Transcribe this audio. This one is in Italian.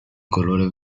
colore